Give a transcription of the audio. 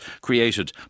created